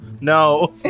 No